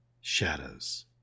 shadows